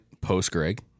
post-Greg